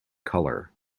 colour